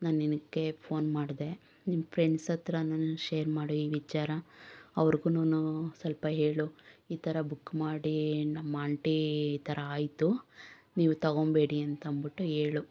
ನಾನು ನಿನಗೆ ಫೋನ್ ಮಾಡಿದೆ ನಿನ್ನ ಪ್ರೆಂಡ್ಸತ್ರನೂ ಶೇರ್ ಮಾಡು ಈ ವಿಚಾರ ಅವ್ರಿಗೂನು ಸ್ವಲ್ಪ ಹೇಳು ಈ ಥರ ಬುಕ್ ಮಾಡಿ ನಮ್ಮಾಂಟಿ ಈ ಥರ ಆಯಿತು ನೀವು ತೊಗೊಳ್ಬೇಡಿ ಅಂತಂದ್ಬಿಟ್ಟು ಹೇಳು